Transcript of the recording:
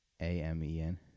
A-M-E-N